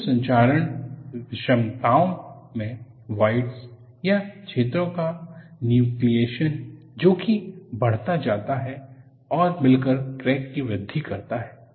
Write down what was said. सूक्ष्म संरचना विषमताओ में वॉइडस या छिद्रों का न्यूक्लियेशन जो की बढ़ता जाता है और मिलकर क्रैक की वृद्धि करता है